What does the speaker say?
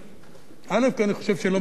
כי אני חושב שלא מדובר במשוגעים.